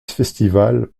festival